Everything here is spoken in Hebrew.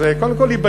אז זה קודם כול ייבדק,